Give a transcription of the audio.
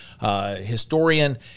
historian